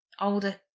older